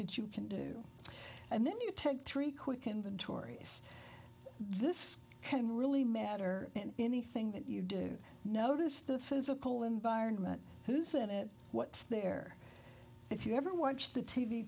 that you can do and then you take three quick inventories this can really matter in anything that you do notice the physical environment who's in it what's there if you ever watched the t